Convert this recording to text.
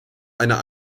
einer